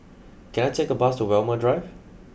can I take a bus to Walmer Drive